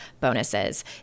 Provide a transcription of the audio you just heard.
bonuses